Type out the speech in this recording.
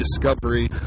discovery